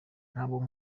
ntabwo